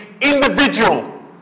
individual